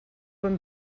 amb